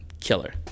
killer